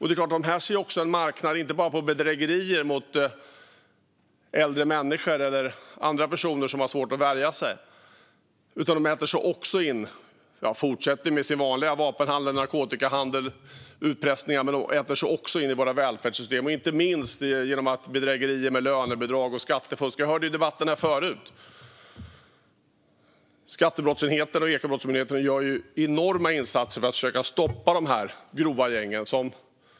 Denna brottslighet ser inte bara en marknad i bedrägerier mot äldre människor och andra som har svårt att värja sig utan äter sig också in, förutom att fortsätta med sin vanliga vapen och narkotikahandel och sin utpressning, i våra välfärdssystem, inte minst genom bedrägerier med lönebidrag och skattefusk. Vi hörde om detta i debatten tidigare. Skattebrottsenheten och Ekobrottsmyndigheten gör enorma insatser för att försöka stoppa de grova gängen.